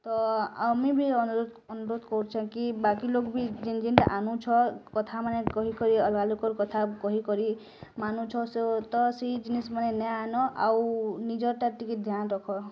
ତ ଆମେ ବି ଅନୁରୋଧ ଅନୁରୋଧ କରୁଛେଁ କି ବାକି ଲୋକ୍ ଭି ଜିନ୍ ଜିନ୍ ଟା ଆନୁଛ୍ କଥା ମାନେ କହି କହି ଅଲଗା ଲୋକ୍ ର କଥା କହି କରି ମାନୁଛ୍ ସୋ ତ ସେଇ ଜିନିଷ୍ ମାନେ ନେଇଁ ଆନ ଆଉ ନିଜର୍ ଟା ଟିକେ ଧ୍ୟାନ୍ ରଖ